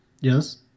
yes